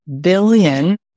billion